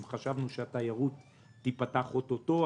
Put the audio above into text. אם חשבנו שהתיירות תיפתח אוטוטו,